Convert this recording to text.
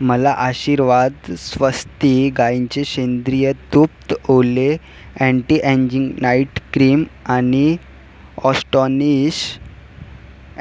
मला आशीर्वाद स्वस्ती गाईंचे सेंद्रिय तूप ओले अँटीएंजिंग नाईट क्रीम आणि ऑस्टोनिश